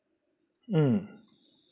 mm